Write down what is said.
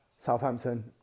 Southampton